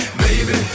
baby